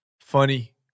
Funny